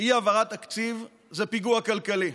שאי-העברת תקציב זה פיגוע כלכלי.